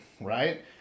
Right